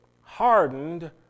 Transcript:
hardened